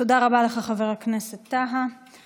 תודה רבה לך, חבר הכנסת טאהא.